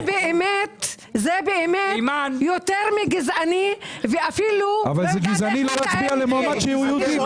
זה באמת יותר מגזעני ואפילו לא יודעת איך לתאר את זה.